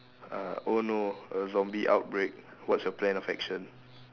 uh oh no a zombie outbreak what's your plan of action